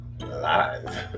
Live